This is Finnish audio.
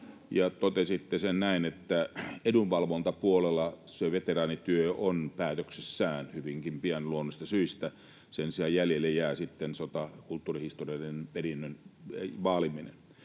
Totesitte näin, että edunvalvontapuolella veteraanityö on päätöksessään hyvinkin pian, luonnollisista syistä, ja sen sijaan jäljelle jää sitten sotakulttuurihistoriallisen perinnön vaaliminen.